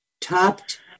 topped